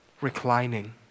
Reclining